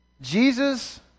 Jesus